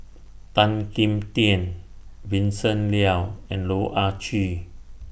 Tan Kim Tian Vincent Leow and Loh Ah Chee